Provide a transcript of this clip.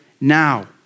now